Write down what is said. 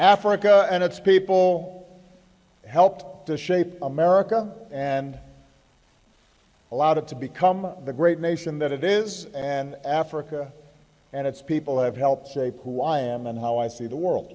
africa and its people helped to shape america and allowed it to become the great nation that it is and africa and its people have helped shape who i am and how i see the world